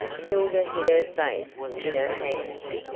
hilda hid her face in her hands.